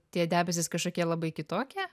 tie debesys kažkokie labai kitokie